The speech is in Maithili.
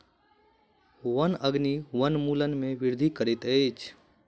वन अग्नि वनोन्मूलन में वृद्धि करैत अछि